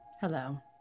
hello